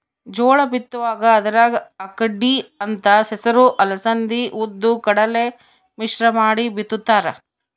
ಜೋಳ ಬಿತ್ತುವಾಗ ಅದರಾಗ ಅಕ್ಕಡಿ ಅಂತ ಹೆಸರು ಅಲಸಂದಿ ಉದ್ದು ಕಡಲೆ ಮಿಶ್ರ ಮಾಡಿ ಬಿತ್ತುತ್ತಾರ